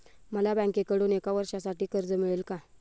मला बँकेकडून एका वर्षासाठी कर्ज मिळेल का?